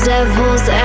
Devil's